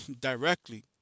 directly